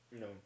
No